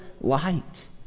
light